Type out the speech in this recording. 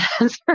answer